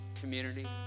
community